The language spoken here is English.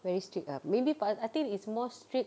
very strict ah maybe pada~ I think it's more strict